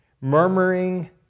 Murmuring